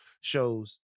shows